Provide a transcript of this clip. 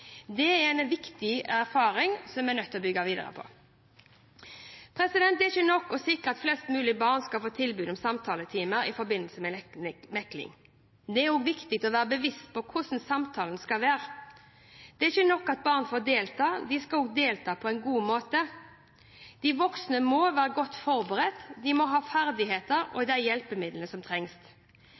Det er en viktig erfaring som vi er nødt til å bygge videre på. Det er ikke nok å sikre at flest mulige barn skal få tilbud om samtaletime i forbindelse med mekling. Det er også viktig å være bevisst på hvordan samtalen skal være. Det er ikke nok at barn får delta, de skal også få delta på en god måte. De voksne må være godt forberedt og ha de ferdighetene og hjelpemidlene som trengs.